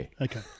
Okay